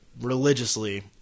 religiously